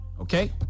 Okay